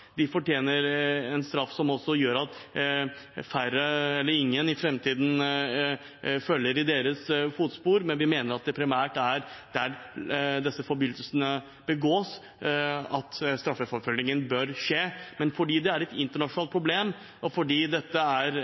de fortjener en straff som også gjør at ingen i framtiden følger i deres fotspor. Vi mener at det primært er der disse forbrytelsene begås, straffeforfølgingen bør skje, men fordi det er et internasjonalt problem, og fordi dette er